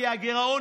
ודרעי.